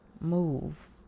move